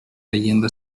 leyenda